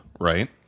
right